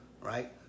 right